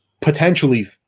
potentially